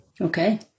Okay